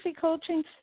coaching